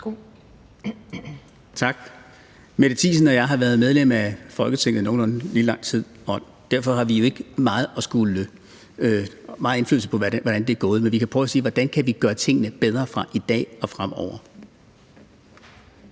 Tak. Mette Thiesen og jeg har været medlem af Folketinget nogenlunde lige lang tid, og derfor har vi jo ikke haft meget indflydelse på, hvordan det er gået. Men vi kan prøve at sige, hvordan vi kan gøre tingene bedre fra i dag og fremover.